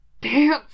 Dance